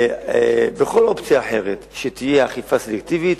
וכל אופציה אחרת, שתהיה אכיפה סלקטיבית.